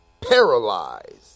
paralyzed